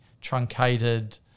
truncated